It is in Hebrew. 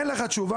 אין לכם תשובה,